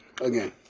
again